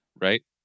right